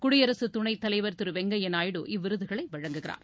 குடியரசு துணைத்தலைவர் திரு வெங்கையா நாயுடு இவ்விருதுகளை வழங்குகிறார்